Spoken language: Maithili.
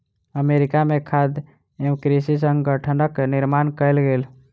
अमेरिका में खाद्य एवं कृषि संगठनक निर्माण कएल गेल